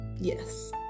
yes